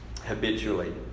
habitually